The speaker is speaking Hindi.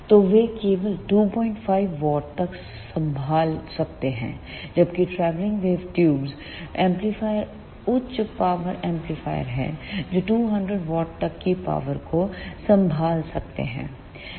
तो वे केवल 25 W तक संभाल सकते हैं जबकि ट्रैवलिंग वेव ट्यूब्स एम्पलीफायर उच्च पावर एम्पलीफायर हैं जो 200 W तक की पावर को संभाल सकते हैं